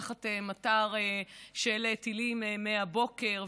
תחת מטר של טילים מהבוקר,